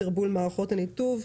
סרבול מערכות הניתוב,